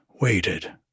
waited